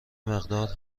مقدار